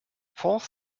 fourth